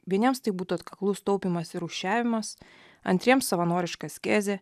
vieniems tai būtų atkaklus taupymas ir rūšiavimas antriems savanoriška askezė